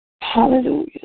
Hallelujah